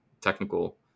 technical